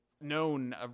known